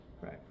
Right